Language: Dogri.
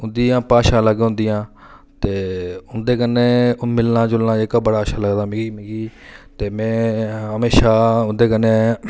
उं'दियां भाशां अलग होंदियां ते उं'दे कन्नै मिलना जुलना जेह्का बड़ा अच्छा लगदा मिगी मिगी ते में हमेशा उं'दे कन्नै